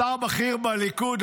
שר בכיר בליכוד,